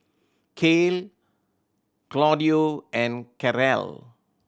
Kale Claudio and Karel